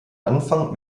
anfang